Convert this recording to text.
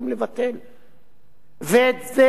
ואת זה אנחנו באים לשנות,